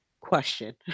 question